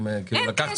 אין קשר.